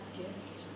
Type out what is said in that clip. gift